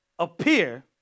appear